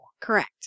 Correct